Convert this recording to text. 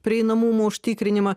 prieinamumo užtikrinimą